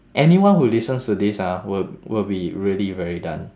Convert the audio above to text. anyone who listens to this ah will will be really very done